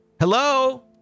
Hello